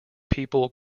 people